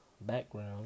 background